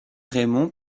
raymond